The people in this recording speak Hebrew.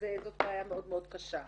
זו בעיה מאוד קשה.